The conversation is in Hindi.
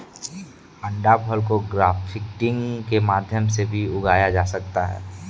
अंडाफल को ग्राफ्टिंग के माध्यम से भी उगाया जा सकता है